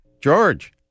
George